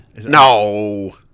No